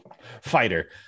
fighter